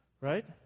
Right